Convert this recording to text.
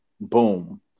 boom